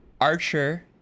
Archer